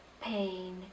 Pain